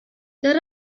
there